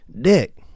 dick